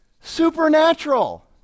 supernatural